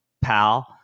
pal